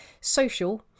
social